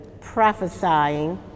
prophesying